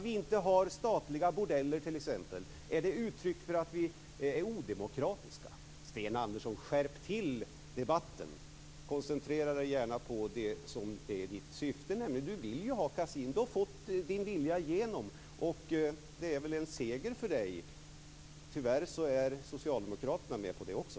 Är det ett uttryck för att Sverige är odemokratiskt att det inte finns statliga bordeller? Skärp till debatten, Sten Andersson! Koncentrera dig gärna på ditt syfte, nämligen att du vill ha kasinon. Du har fått din vilja igenom! Det är väl en seger för dig. Tyvärr är socialdemokraterna med på detta också.